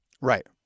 right